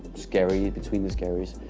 skerries, between the skerries,